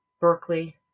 Berkeley